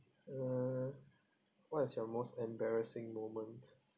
uh what is your most embarrassing moment